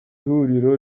huriro